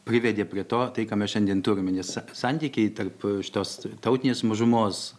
privedė prie to tai ką mes šiandien turime nes san santykiai tarp tos tautinės mažumos